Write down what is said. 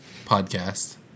podcast